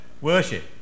worship